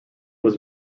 was